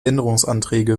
änderungsanträge